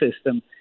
system